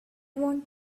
want